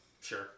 Sure